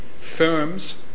firms